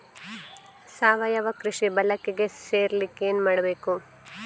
ಸಾವಯವ ಕೃಷಿ ಬಳಗಕ್ಕೆ ಸೇರ್ಲಿಕ್ಕೆ ಏನು ಮಾಡ್ಬೇಕು?